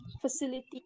facility